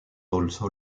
also